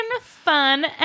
fun